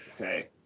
okay